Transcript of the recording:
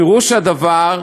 פירוש הדבר,